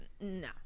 no